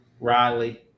Riley